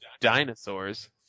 dinosaurs